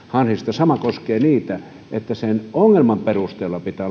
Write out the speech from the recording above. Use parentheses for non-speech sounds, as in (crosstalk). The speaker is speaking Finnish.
sama koskee niitä eli sen ongelman perusteella pitää (unintelligible)